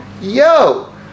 yo